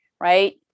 right